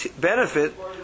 benefit